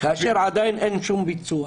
כאשר עדיין אין שום ביצוע?